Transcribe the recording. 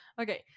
Okay